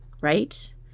right